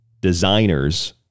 designers